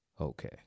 Okay